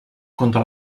contra